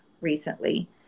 recently